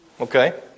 Okay